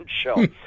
show